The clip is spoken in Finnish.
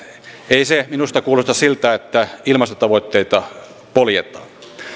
ei se minusta kuulosta siltä että ilmastotavoitteita poljetaan